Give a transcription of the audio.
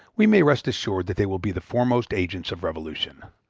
we may rest assured that they will be the foremost agents of revolution.